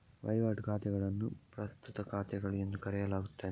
ವಹಿವಾಟು ಖಾತೆಗಳನ್ನು ಪ್ರಸ್ತುತ ಖಾತೆಗಳು ಎಂದು ಕರೆಯಲಾಗುತ್ತದೆ